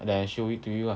then I show it to you ah